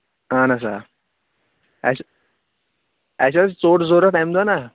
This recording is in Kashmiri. اَہَن حظ آ اَسہِ اَسہِ ٲسۍ ژوٚٹ ضروٗرت اَمہِ دۄہ نا